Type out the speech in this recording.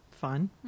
fun